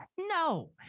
No